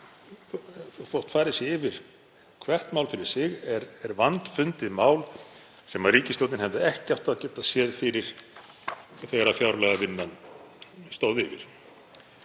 þótt farið sé yfir hvert mál fyrir sig er vandfundið mál sem ríkisstjórnin hefði ekki átt að geta séð fyrir þegar fjárlagavinnan stóð yfir.